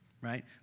right